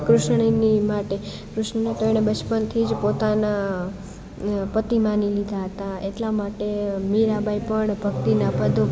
કૃષ્ણની માટે કૃષ્ણ તો એણે બચપનથી જ પોતાના પતિ માની લીધા હતા એટલા માટે મીરાબાઈ પણ ભક્તિના પદો